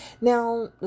now